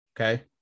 Okay